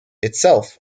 itself